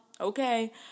okay